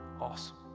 Awesome